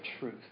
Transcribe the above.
truth